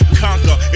conquer